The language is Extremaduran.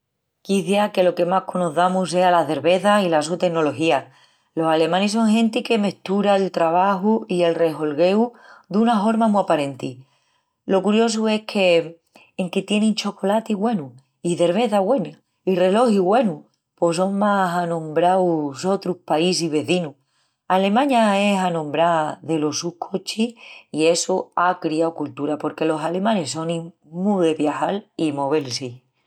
Quiciás que lo que más conoçamus sea la cerveza i la su tecnología. Los alemanis son genti que mestura’l trebaju i el reholgueu duna horma mu aparenti. Lo curiosu es que, enque tienin chocolati güenu, i cerveza güena, i relogis güenus, pos son más anombraus sotrus paísis vezinus. Alemaña es anombrá delos sus cochis i essu á criau coltura porque los alemanis sonin mú de viajal i movel-si.